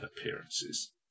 appearances